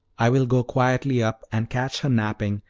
i will go quietly up and catch her napping,